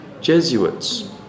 Jesuits